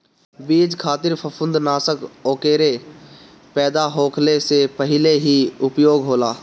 बीज खातिर फंफूदनाशक ओकरे पैदा होखले से पहिले ही उपयोग होला